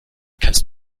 kannst